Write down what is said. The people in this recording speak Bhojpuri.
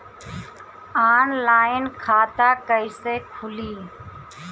ऑनलाइन खाता कईसे खुलि?